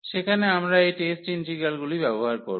সেখানে আমরা এই টেস্ট ইন্টিগ্রালগুলি ব্যবহার করব